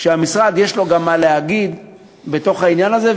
כשהמשרד יש לו גם מה להגיד בתוך העניין הזה,